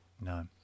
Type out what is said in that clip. No